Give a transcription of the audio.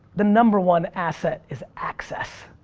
the number one asset is access.